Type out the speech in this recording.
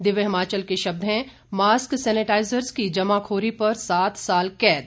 दिव्य हिमाचल के शब्द हैं मास्क सेनेटाइजर्स की जमाखोरी पर सात साल कैद